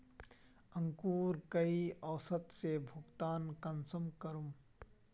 अंकूर कई औसत से भुगतान कुंसम करूम?